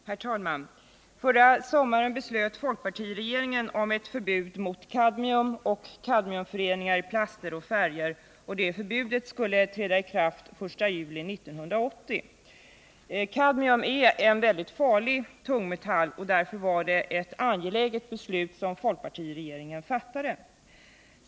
Herr talman! Förra sommaren beslöt folkpartiregeringen om ett förbud mot kadmium och kadmiumföreningar i plaster och färger. Förbudet skulle ha trätt i kraft den 1 juli 1980. Det var ett angeläget beslut som folkpartiregeringen fattade eftersom kadmium är en väldigt farlig tungmetall.